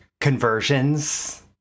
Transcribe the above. conversions